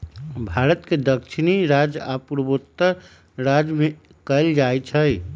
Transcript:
भारत के दक्षिणी राज्य आ पूर्वोत्तर राज्य में कएल जाइ छइ